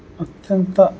అత్యంత